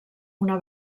una